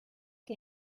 que